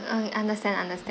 err understand understand